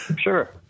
Sure